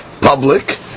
public